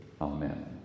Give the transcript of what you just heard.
Amen